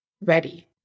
ready